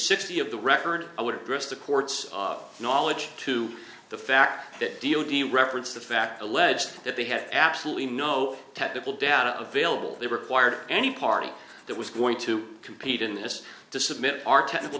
sixty of the record i would guess the court's knowledge to the fact that d o b referenced the fact alleged that they had absolutely no technical data available they required any party that was going to compete in this to submit our technical